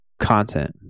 content